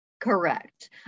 Correct